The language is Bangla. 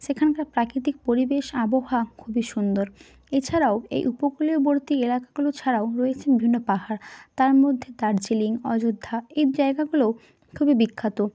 সেখানকার প্রাকৃতিক পরিবেশ আবহাওয়া খুবই সুন্দর এছাড়াও এই উপকূলীয়বর্তী এলাকাগুলো ছাড়াও রয়েছে বিভিন্ন পাহাড় তার মধ্যে দার্জিলিং অযোধ্যা এই জায়গাগুলোও খুবই বিখ্যাত